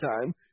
time